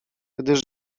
gdyż